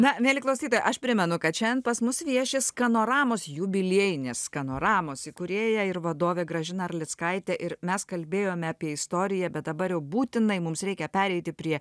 na mieli klausytojai aš primenu kad šiandien pas mus vieši skanoramos jubiliejinės panoramos įkūrėja ir vadovė gražina arlickaitė ir mes kalbėjome apie istoriją bet dabar būtinai mums reikia pereiti prie